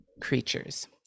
creatures